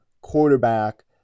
quarterback